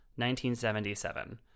1977